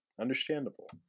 Understandable